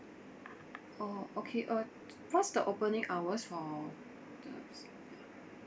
orh okay uh what's the opening hours for